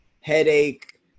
headache